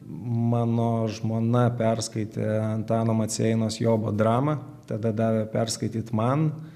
mano žmona perskaitė antano maceinos jobo dramą tada davė perskaityt man